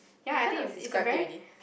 you kind of described it already